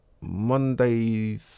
Monday